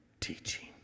teaching